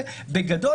ובגדול,